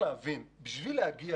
להבין שבשביל להגיע